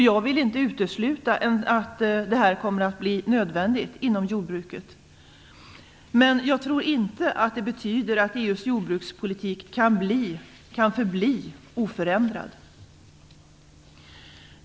Jag vill inte utesluta att sådana kommer att bli nödvändiga inom jordbruket. Men jag tror inte att det betyder att EU:s jordbrukspolitik kan förbli oförändrad.